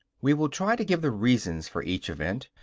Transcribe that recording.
we will try to give the reasons for each event,